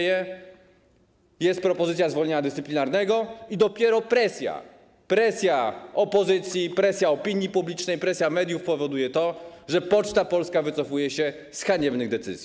Jest propozycja zwolnienia dyscyplinarnego i dopiero presja opozycji, presja opinii publicznej, presja mediów powoduje to, że Poczta Polska wycofuje się z haniebnej decyzji.